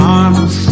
arms